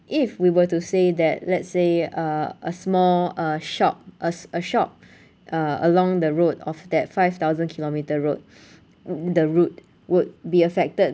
if we were to say that let's say uh a small a shop a s~ a shop uh along the road of that five thousand kilometre road the route would be affected